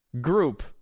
group